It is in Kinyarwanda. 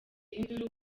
induru